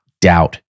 doubt